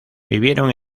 vivieron